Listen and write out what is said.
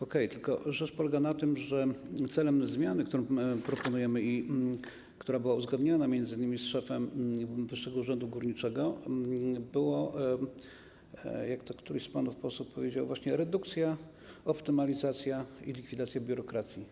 Okej, tylko rzecz polega na tym, że celem zmiany, którą proponujemy i która była uzgodniona m.in. z szefem Wyższego Urzędu Górniczego, była, jak któryś z panów posłów powiedział, właśnie redukcja, optymalizacja i likwidacja biurokracji.